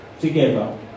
together